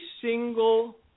single